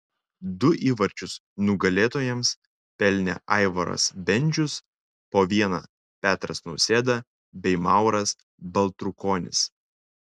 du įvarčius nugalėtojams pelnė aivaras bendžius po vieną petras nausėda bei mauras baltrukonis